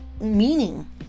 meaning